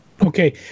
Okay